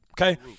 okay